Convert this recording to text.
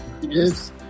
Yes